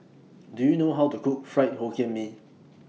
Do YOU know How to Cook Fried Hokkien Mee